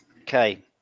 Okay